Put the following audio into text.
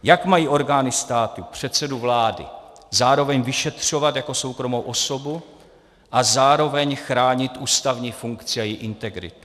Jak mají orgány státu předsedu vlády zároveň vyšetřovat jako soukromou osobu a zároveň chránit ústavní funkci a její integritu?